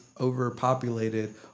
overpopulated